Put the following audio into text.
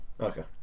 Okay